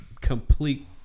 complete